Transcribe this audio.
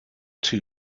too